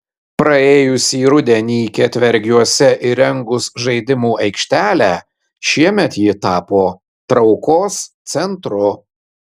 praėjusį rudenį ketvergiuose įrengus žaidimų aikštelę šiemet ji tapo traukos centru